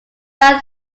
down